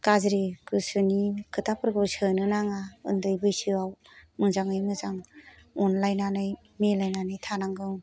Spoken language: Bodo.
गाज्रि गोसोनि खोथाफोरखौ सोनो नाङा उन्दै बैसोआव मोजाङै मोजां अनलायनानै मिलायनानै थानांगौ